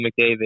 McDavid